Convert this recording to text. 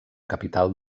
capital